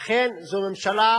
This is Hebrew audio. לכן זו ממשלה,